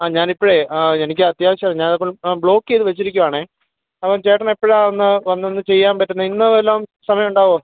ഞാനിപ്പൊഴേ എനിക്കത്യാവശ്യമായിരുന്നു ഞാൻ ബ്ലോക്ക് ചെയ്തു വച്ചിരിക്കയാണ് അപ്പം ചേട്ടനെപ്പോഴാണ് ഒന്ന് വന്നൊന്ന് ചെയ്യാൻ പറ്റുന്നത് ഇന്ന് വല്ലോം സമയമുണ്ടാവോ